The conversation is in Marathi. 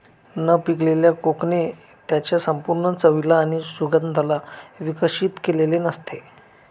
न पिकलेल्या कोकणे त्याच्या संपूर्ण चवीला आणि सुगंधाला विकसित केलेले नसते